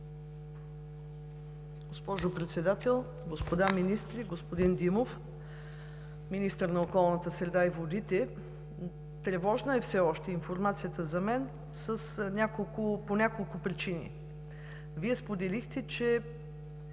Госпожо Председател, господа Министри! Господин Димов – министър на околната среда и водите, тревожна е все още информацията за мен по няколко причини. Вие споделихте, че